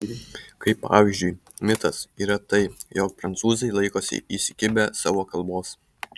kaip pavyzdžiui mitas yra tai jog prancūzai laikosi įsikibę savo kalbos